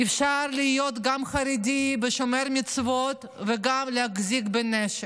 אפשר גם להיות חרדי ושומר מצוות וגם להחזיק בנשק,